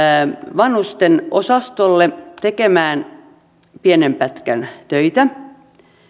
vanhustenosastolle tekemään pienen pätkän töitä